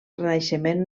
renaixement